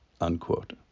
Unquote